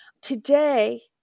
Today